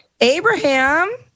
abraham